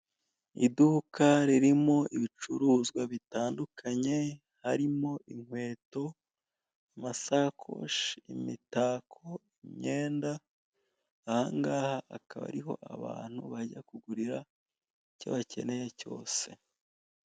Iduka ririmo ibicuruzwa bitandukanye harimo inkweto, amasakoshi, imitako, imyenda, aha ngaha akaba ariho abantu bajya kugurira icyo bakeneye cyose.